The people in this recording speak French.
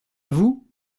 vous